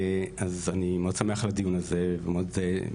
אז אני מאוד שמח על הדיון הזה ואני שמח